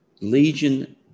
Legion